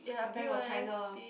the Bank of China